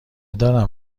دارم